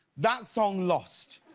that song lost.